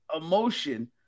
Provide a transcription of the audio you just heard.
Emotion